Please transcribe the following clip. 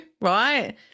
right